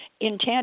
intent